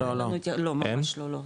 לא, לא, ממש לא.